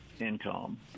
income